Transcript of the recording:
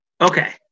Okay